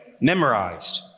memorized